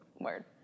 Word